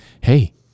hey